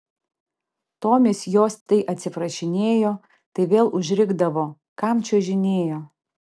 tomis jos tai atsiprašinėjo tai vėl užrikdavo kam čiuožinėjo